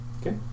Okay